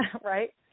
right